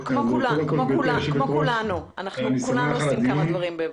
כמו כולנו, אנחנו כולנו עושים כמה דברים במקביל.